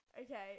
okay